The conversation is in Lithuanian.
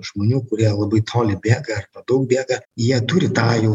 žmonių kurie labai toli bėga ar daug bėga jie turi tą jau